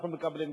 אנחנו מקבלים,